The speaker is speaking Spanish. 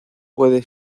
puede